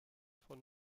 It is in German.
von